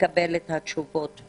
לקבל את התשובות.